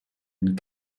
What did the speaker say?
and